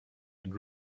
and